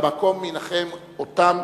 והמקום ינחם אותם